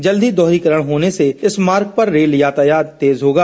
जल्द ही दोहरीकरण होने से इस मार्ग पर रेल यातायात तेज होगा